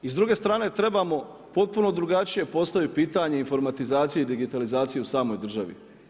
I s druge strane trebamo potpuno drugačije postaviti pitanje informatizacije i digitalizacije u samoj državi.